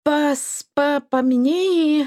pas pa paminėjai